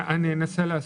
אנסה להסביר.